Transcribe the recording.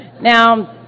Now